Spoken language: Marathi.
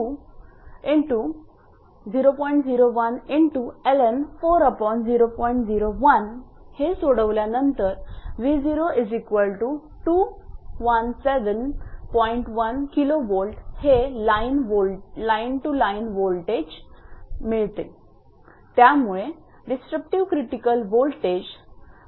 1 𝑘𝑉 हे लाईन टू न्यूट्रल वोल्टेज मिळते त्यामुळे डिसृप्तींव क्रिटिकल वोल्टेज